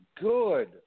good